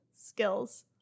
skills